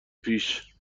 پیش